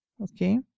Okay